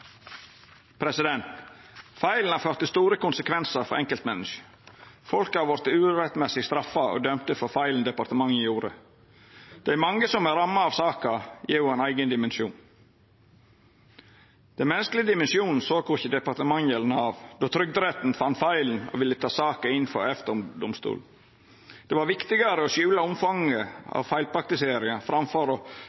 har fått store konsekvensar for enkeltmenneske. Folk har urett vorte straffa og dømde for feil departementet gjorde. Det at mange er ramma av saka, gjev ho ein eigen dimensjon. Den menneskelege dimensjonen såg korkje departementet eller Nav då Trygderetten fann feilen og ville ta saka inn for EFTA-domstolen. Det var viktigare å skjula omfanget